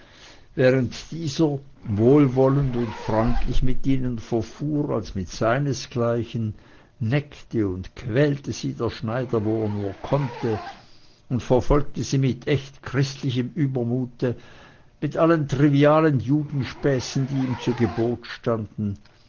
während dieser wohlwollend und freundlich mit ihnen verfuhr als mit seinesgleichen neckte und quälte sie der schneider wo er nur konnte und verfolgte sie mit echt christlichem übermute mit allen trivialen judenspäßen die ihm zu gebote standen